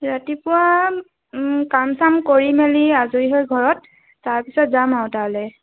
ৰাতিপুৱা কাম চাম কৰি মেলি আজৰি হৈ ঘৰত তাৰপিছত যাম আৰু তালৈ